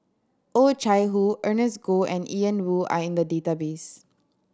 Oh Chai Hoo Ernest Goh and Ian Woo are in the database